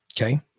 okay